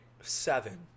seven